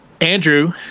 Andrew